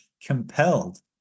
compelled